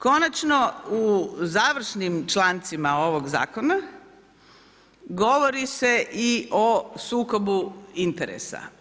Konačno, u završnim člancima ovog Zakona, govori se i o sukobu interesa.